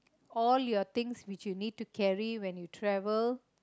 all your things which you need to carry when you travel